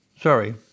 sorry